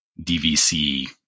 DVC